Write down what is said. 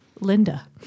Linda